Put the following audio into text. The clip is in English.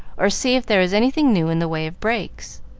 or see if there was anything new in the way of brakes.